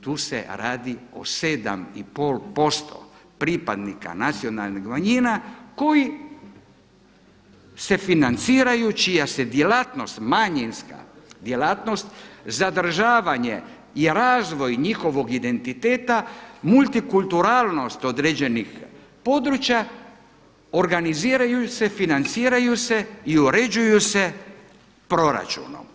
Tu se radi o 7,5 posto pripadnika nacionalnih manjina koji se financiraju, čija se djelatnost manjinska djelatnost, zadržavanje i razvoj njihovog identiteta multikulturalnost određenih područja organiziraju se, financiraju se i uređuju se proračunom.